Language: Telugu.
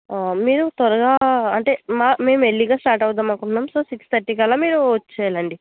ఆ మీరు త్వరగా మా మేము మెల్లగా స్టార్ట్ అవుతాం అనుకున్నాం సో సిక్స్ థర్టీ కల్లా మీరు వచ్చేయాలండీ